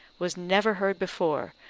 was never heard before,